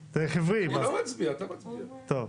החוק,